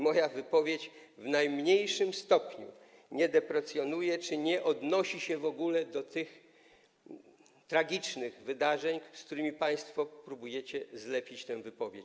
Moja wypowiedź w najmniejszym stopniu nie deprecjonuje czy nie odnosi się w ogóle do tych tragicznych wydarzeń, z którymi państwo próbujecie zlepić tę wypowiedź.